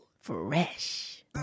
fresh